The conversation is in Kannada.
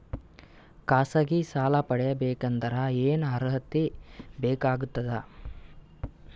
ಖಾಸಗಿ ಸಾಲ ಪಡಿಬೇಕಂದರ ಏನ್ ಅರ್ಹತಿ ಬೇಕಾಗತದ?